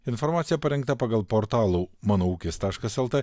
informacija parengta pagal portalo mano ūkis taškas lt